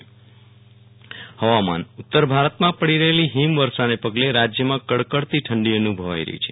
વિરલ રાણા હવામાન ઠંડી ઉતર ભારતમાં પડી રહેલી હિમવર્ષાને પગલે રાજયમાં કડકડતી ઠંડી અનુભવાઈ રહી છ